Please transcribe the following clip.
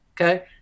Okay